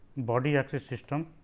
body axis system